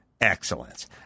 excellence